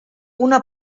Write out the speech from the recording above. una